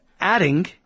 adding